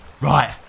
Right